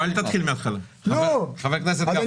אדוני